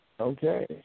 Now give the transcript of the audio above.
Okay